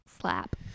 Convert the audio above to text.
slap